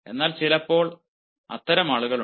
എന്നാൽ ചിലപ്പോൾ അത്തരം ആളുകളുണ്ട്